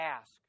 ask